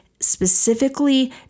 specifically